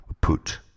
put